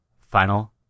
Final